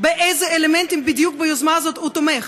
באיזה אלמנטים בדיוק ביוזמה הזאת הוא תומך.